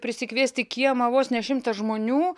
prisikviesti kiemą vos ne šimtą žmonių